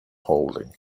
holding